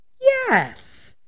Yes